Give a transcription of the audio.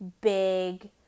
big